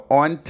on